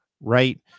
right